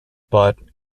but